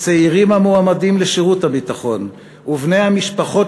צעירים המועמדים לשירות הביטחון ובני המשפחות